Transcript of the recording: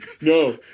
No